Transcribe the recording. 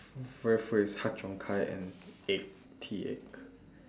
with with har-cheong-gai and egg tea egg